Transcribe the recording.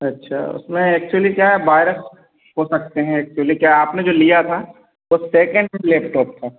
अच्छा उसमें एक्चुअली क्या है बायरस हो सकते हैं एक्चुअली क्या आपने जो लिया था वो सेकेंड लैपटॉप था